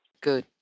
Good